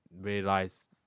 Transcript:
realize